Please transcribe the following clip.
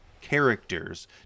characters